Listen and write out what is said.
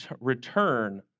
return